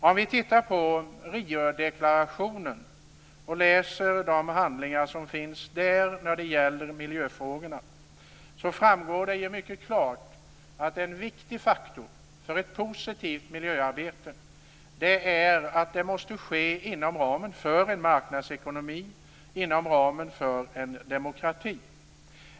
Om vi tittar på Riodeklarationen och läser de handlingar som finns där när det gäller miljöfrågorna framgår det mycket klart att en viktig faktor för ett positivt miljöarbete är att det måste ske inom ramen för en marknadsekonomi, inom ramen för en demokrati.